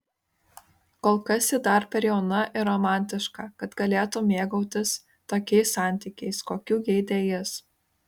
kol kas ji dar per daug jauna ir romantiška kad galėtų mėgautis tokiais santykiais kokių geidė jis